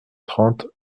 trente